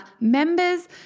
members